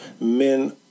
men